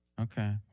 Okay